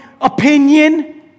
opinion